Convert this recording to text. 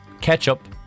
Ketchup